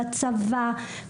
הצבא,